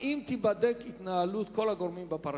האם תיבדק התנהלות כל הגורמים בפרשה?